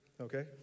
Okay